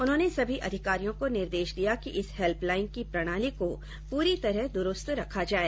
उन्होंने सभी अधिकारियों को निर्देश दिया कि इस हेल्पलाइन की प्रणाली को पूरी तरह द्रूस्त रखा जाए